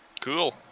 Cool